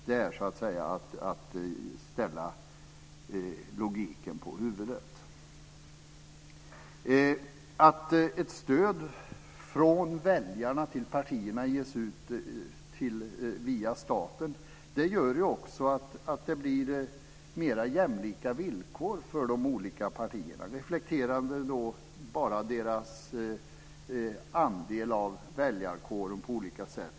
Det är att ställa logiken på huvudet. Att ett stöd från väljarna till partierna ges via staten gör också att det blir mer jämlika villkor för de olika partierna, reflekterande bara deras andel av väljarkåren.